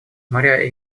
моря